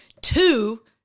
two